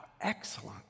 excellent